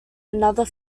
another